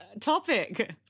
topic